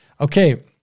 Okay